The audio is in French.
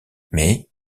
mais